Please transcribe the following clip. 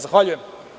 Zahvaljujem.